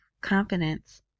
confidence